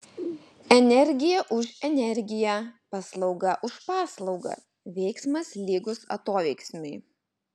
energija už energiją paslauga už paslaugą veiksmas lygus atoveiksmiui